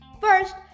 First